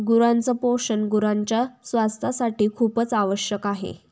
गुरांच पोषण गुरांच्या स्वास्थासाठी खूपच आवश्यक आहे